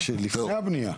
זה לפני הבנייה.